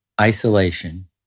isolation